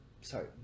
Sorry